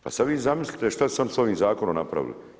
Pa sad vi zamislite šta su sa ovim zakonom napravili!